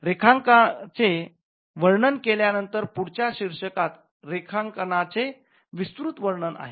रेखांकांचे वर्णन केल्या नंतर पुढच्या शीर्षकात रेखनांचे विस्तृत वर्णन आहे